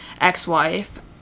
ex-wife